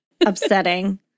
Upsetting